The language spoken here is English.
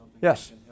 Yes